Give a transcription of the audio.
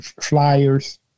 flyers